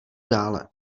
dále